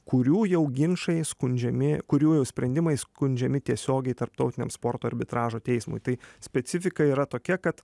kurių jau ginčai skundžiami kurių jau sprendimai skundžiami tiesiogiai tarptautiniam sporto arbitražo teismui tai specifika yra tokia kad